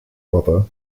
brother